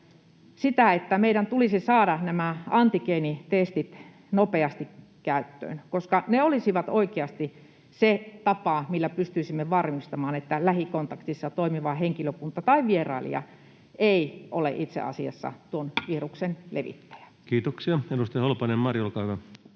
sitä, että meidän tulisi saada antigeenitestit nopeasti käyttöön, koska ne olisivat oikeasti se tapa, millä pystyisimme varmistamaan, että lähikontaktissa toimiva henkilökunta tai vierailija ei ole itse asiassa tuon viruksen levittäjä. Kiitoksia. — Edustaja Holopainen, Mari, olkaa hyvä.